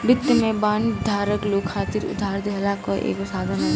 वित्त में बांड धारक लोग खातिर उधार देहला कअ एगो साधन हवे